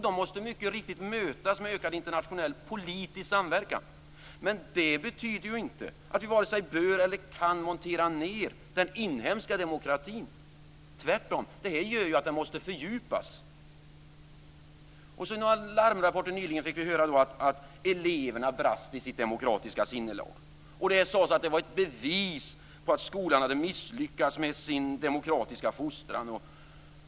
De måste mycket riktigt mötas med ökad internationell politisk samverkan. Men det betyder inte att vi vare sig bör eller kan montera ned den inhemska demokratin. Tvärtom, detta innebär att den måste fördjupas. Av några larmrapporter fick vi nyligen höra att eleverna brast i sitt demokratiska sinnelag. Det sades att det var ett bevis på att skolan hade misslyckats med sin demokratiska fostran.